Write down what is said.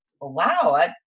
wow